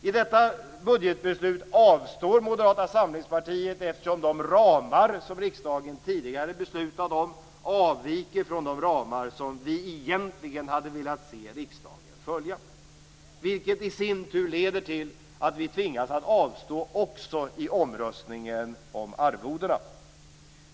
I detta budgetbeslut avstår Moderata samlingspartiet, eftersom de ramar som riksdagen tidigare beslutat om avviker från de ramar som vi egentligen hade velat se riksdagen följa, vilket i sin tur leder till att vi tvingas avstå också i omröstningen om arvodena.